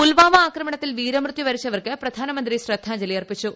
പുൽവാമ ആക്രമണത്തിൽ വീരമൃത്യു വരിച്ചവർക്ക് പ്രധാനമന്ത്രി ശ്രദ്ധാജ്ഞലി അർപ്പിച്ചു